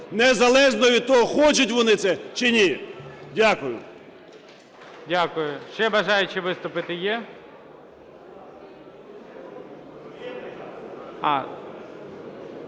незалежно від того, хочуть вони це чи ні. Дякую.